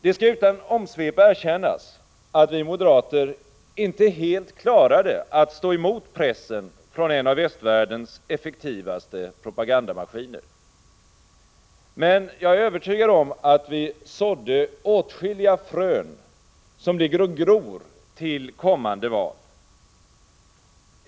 Det skall utan omsvep erkännas att vi moderater inte heit klarade att stå emot pressen från en av västvärldens effektivaste propagandamaskiner. Men jag är övertygad om att vi sådde åtskilliga frön som ligger och gror till kommande val.